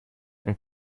and